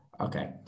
Okay